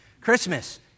Christmas